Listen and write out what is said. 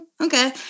okay